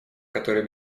которые